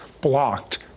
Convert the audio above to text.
blocked